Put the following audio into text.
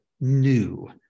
new